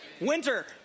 Winter